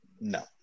No